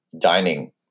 dining